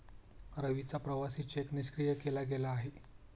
रवीचा प्रवासी चेक निष्क्रिय केला गेलेला आहे